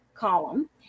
column